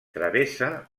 travessa